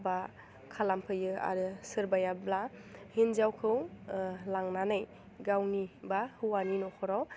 हाबा खालामफैयो आरो सोरबायाब्ला हिन्जावखौ लांनानै गावनि बा हौवानि न'खराव